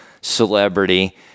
celebrity